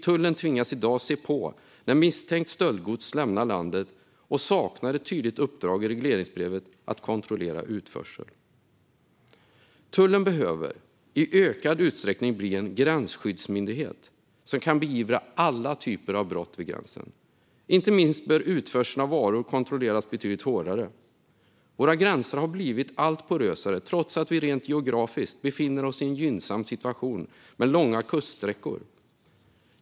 Tullen tvingas i dag se på när misstänkt stöldgods lämnar landet och saknar ett tydligt uppdrag i regleringsbrevet att kontrollera utförsel. Tullen behöver i ökad utsträckning bli en gränsskyddsmyndighet som kan beivra alla typer av brott vid gränsen. Inte minst bör utförsel av varor kontrolleras betydligt hårdare. Våra gränser har blivit allt porösare, trots att vi rent geografiskt befinner oss i en gynnsam situation med långa kuststräckor.